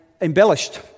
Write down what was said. embellished